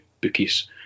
bookies